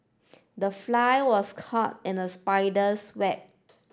the fly was caught in the spider's web